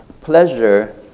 pleasure